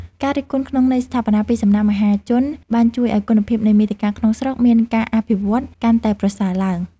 ការរិះគន់ក្នុងន័យស្ថាបនាពីសំណាក់មហាជនបានជួយឱ្យគុណភាពនៃមាតិកាក្នុងស្រុកមានការអភិវឌ្ឍកាន់តែប្រសើរឡើង។